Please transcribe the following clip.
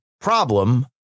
problem